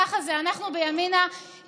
ככה זה, אנחנו בימינה ישרים.